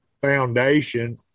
foundation